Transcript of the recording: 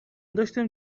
داشتم